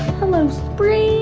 hello spring,